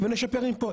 ונשפר מפה.